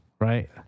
right